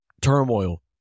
turmoil